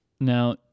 Now